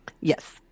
Yes